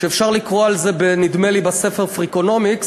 ואפשר לקרוא על זה נדמה לי בספר "פריקונומיקס",